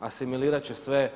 Asimilirati će sve,